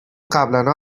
قبلنا